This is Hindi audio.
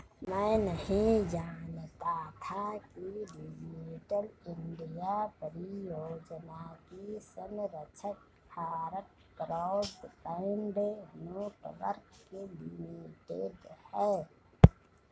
मैं नहीं जानता था कि डिजिटल इंडिया परियोजना की संरक्षक भारत ब्रॉडबैंड नेटवर्क लिमिटेड है